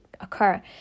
occur